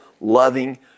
loving